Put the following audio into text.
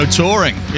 touring